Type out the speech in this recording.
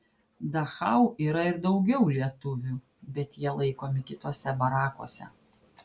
dachau yra ir daugiau lietuvių bet jie laikomi kituose barakuose